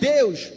Deus